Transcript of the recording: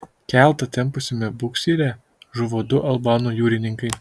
keltą tempusiame buksyre žuvo du albanų jūrininkai